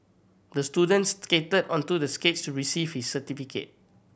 the students skated onto the stage to receive his certificate